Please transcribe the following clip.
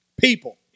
People